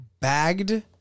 Bagged